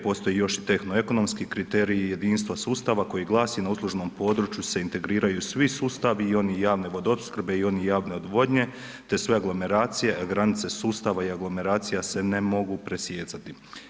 Postoji još i tehno-ekonomski kriterij i jedinstvo sustava koji glasi na uslužnom području se integriraju svi sustavi i oni javne vodoopskrbe i oni javne odvodnje te sve aglomeracije, granice sustava i aglomeracija se ne mogu presjecati.